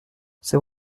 c’est